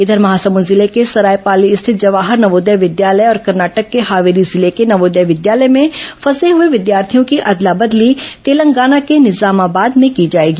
इधर महासमंद जिले के सरायपाली स्थित जवाहर नवोदय विद्यालय और कर्नाटक के हावेरी जिले के नवोदय विद्यालय में फंसे हुए विद्यार्थियों की अदला बदली तेलंगाना के निजामाबाद में की जाएगी